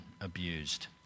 abused